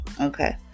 Okay